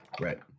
right